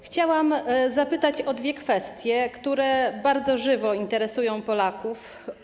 Chciałam zapytać o dwie kwestie, które bardzo żywo interesują Polaków.